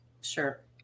Sure